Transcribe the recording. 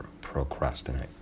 procrastinate